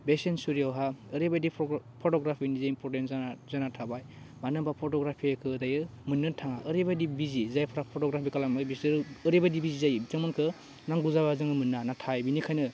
बे सेन्सरियावहाय ओरैबायदि फट'ग्राफिनि जि इमपर्टेन जाना जाना थाबाय मानो होनाबा फट'ग्राफिखौ दायो मोनो थाङा ओरैबायदि बिजि जायफ्रा फट'ग्राफि खालामो बिसोर ओरैबायदि बिजि जायो बिथांमोनखो नांगौ जाबा जों मोना नाथाय बिनिखायनो